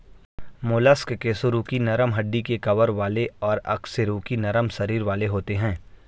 mollusc कशेरुकी नरम हड्डी के कवर वाले और अकशेरुकी नरम शरीर वाले होते हैं